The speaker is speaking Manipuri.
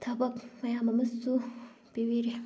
ꯊꯕꯛ ꯃꯌꯥꯝ ꯑꯃꯁꯨ ꯄꯤꯕꯤꯔꯤ